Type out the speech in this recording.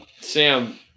Sam